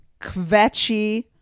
kvetchy